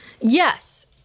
yes